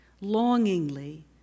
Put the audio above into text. longingly